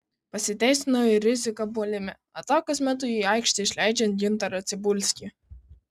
pasiteisino ir rizika puolime atakos metu į aikštę išleidžiant gintarą cibulskį